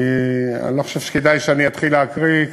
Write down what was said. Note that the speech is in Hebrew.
אני לא חושב שכדאי שאני אתחיל להקריא.